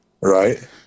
Right